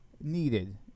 needed